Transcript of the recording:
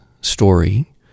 story